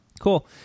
cool